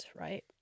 right